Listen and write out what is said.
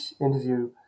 interview